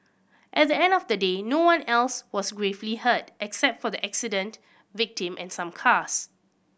at the end of the day no one else was gravely hurt except for the accident victim and some cars